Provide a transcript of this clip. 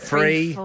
Free